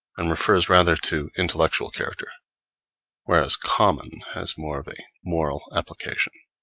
and refers rather to intellectual character whereas common has more of a moral application.